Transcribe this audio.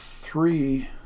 three